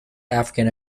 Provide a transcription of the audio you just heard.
african